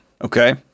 okay